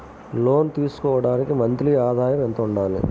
లోను తీసుకోవడానికి మంత్లీ ఆదాయము ఎంత ఉండాలి?